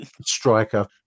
striker